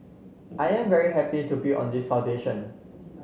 I am very happy to build on this foundation